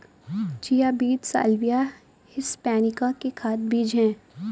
chia बीज साल्विया हिस्पैनिका के खाद्य बीज हैं